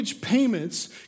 payments